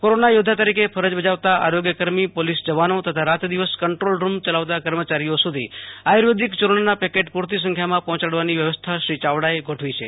corona યોધ્ધા તરીકે ફરજ બજાવતા આરોગ્યકર્મી પોલીસ જવાનો તથા રાત દિવસ કંટ્રોલ રૂમ ચલાવતા કર્મચારીઓ સુધી આયુર્વેદિક ચૂર્ણ ના પેકેટ પૂરતી સંખ્યા માં પહોંચાડવાની વ્યવસ્થા શ્રી ચાવડા એ ગોઠવી છે